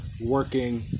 working